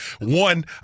One